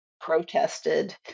protested